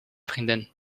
vriendin